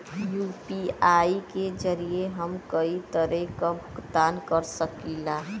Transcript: UPI के जरिये हम कई तरे क भुगतान कर सकीला